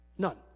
None